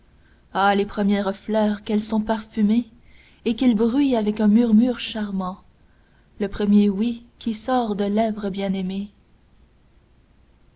ah les premières fleurs qu'elles sont parfumées et qu'il bruit avec un murmure charmant le premier oui qui sort de lèvres bien-aimées